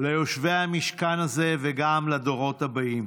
ליושבי המשכן הזה, וגם לדורות הבאים.